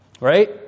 right